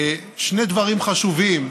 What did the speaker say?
שני דברים חשובים,